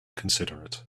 considerate